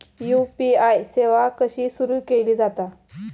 UPI सेवा कशी सुरू केली जाता?